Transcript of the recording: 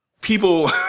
People